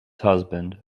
husband